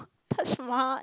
Taj Maha